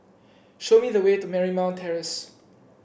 show me the way to Marymount Terrace